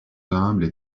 humbles